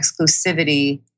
exclusivity